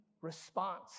response